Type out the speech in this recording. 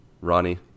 Ronnie